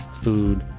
food,